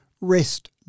rest